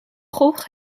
gogh